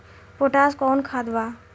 Potash कोउन खाद बा?